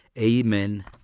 Amen